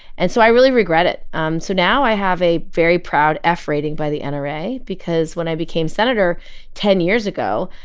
and so i really regret it um so now i have a very proud f rating by the and nra because when i became senator ten years ago,